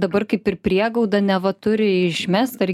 dabar kaip ir priegauda neva turi išmest ar